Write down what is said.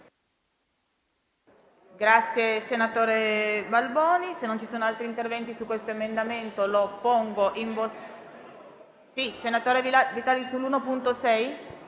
ora il senatore Balboni.